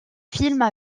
films